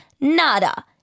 nada